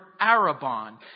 arabon